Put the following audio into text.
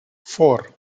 four